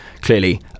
Clearly